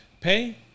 pay